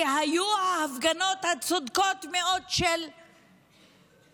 כי היו ההפגנות הצודקות מאוד של החברים